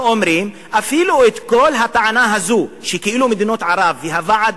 שאומרים אפילו שכל הטענה הזו שכאילו מדינות ערב והוועד